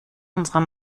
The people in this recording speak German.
unserer